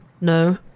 No